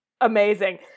amazing